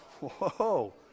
Whoa